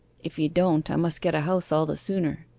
if you don't i must get a house all the sooner.